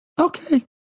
okay